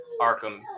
arkham